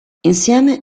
insieme